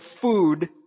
food